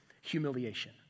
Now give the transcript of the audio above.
humiliation